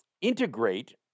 integrate